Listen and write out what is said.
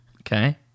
Okay